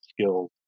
skills